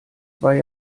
zwei